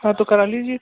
हाँ तो करा लीजिए